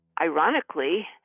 Ironically